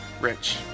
Rich